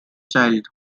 child